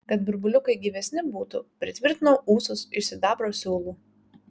kad burbuliukai gyvesni būtų pritvirtinau ūsus iš sidabro siūlų